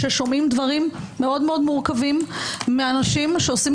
ששומעים דברים מאוד מורכבים מהאנשים שעושים